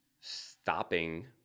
stopping